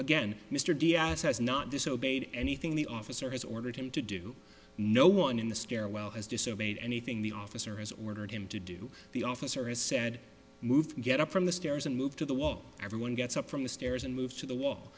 again mr diaz has not disobeyed anything the officer has ordered him to do no one in the stairwell has disobeyed anything the officer has ordered him to do the officer has said move get up from the stairs and move to the walk everyone gets up from the stairs and move to the wall